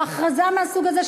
או הכרזה מהסוג הזה,